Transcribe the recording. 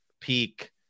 peak